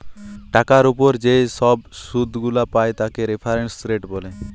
টাকার উপর যে ছব শুধ গুলা পায় তাকে রেফারেন্স রেট ব্যলে